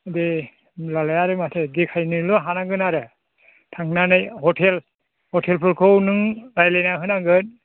दे होनब्लालाय आरो माथो देखायनोल' हानांगोन आरो थांनानै हटेल हटेलफोरखौ नों रायज्लायना होनांगोन